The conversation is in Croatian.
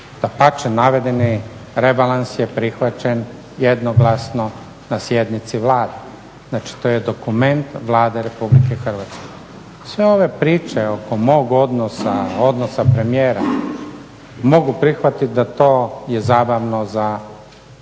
Dapače, navedeni rebalans je prihvaćen jednoglasno na sjednici Vlade. Znači, to je dokument Vlade RH. Sve ove priče oko mog odnosa, odnosa premijera mogu prihvatiti da to je zabavno za medije